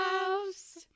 house